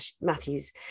Matthews